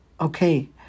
okay